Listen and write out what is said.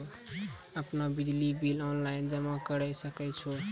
आपनौ बिजली bill online जमा करै सकै छौ?